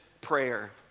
prayer